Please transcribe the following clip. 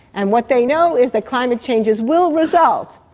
and what they know is that climate changes will result,